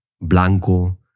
blanco